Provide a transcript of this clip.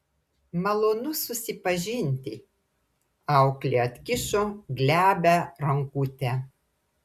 malonu susipažinti auklė atkišo glebią rankutę